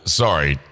sorry